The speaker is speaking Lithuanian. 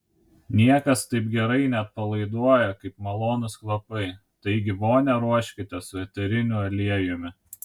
niekas taip gerai neatpalaiduoja kaip malonūs kvapai taigi vonią ruoškite su eteriniu aliejumi